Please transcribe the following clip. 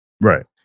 right